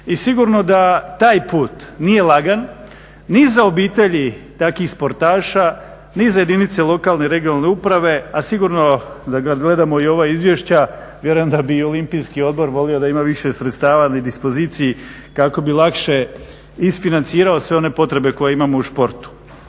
i sigurno da taj put nije lagan ni za obitelji takvih sportaša, ni za jedinice lokalne i regionalne uprave, a sigurno da kad gledamo i ova izvješća vjerujem da bi i Olimpijski odbor volio da ima više sredstava na dispoziciji kako bi lakše isfinancirao sve one potrebe koje imamo u športu.